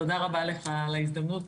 תודה רבה לך על ההזדמנות,